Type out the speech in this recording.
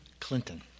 Clinton